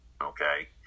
Okay